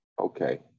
Okay